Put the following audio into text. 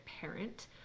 parent